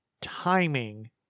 timing